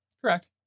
Correct